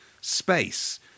space